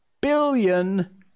billion